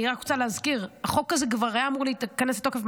אני רק רוצה להזכיר: החוק הזה כבר היה אמור להיכנס לתוקף,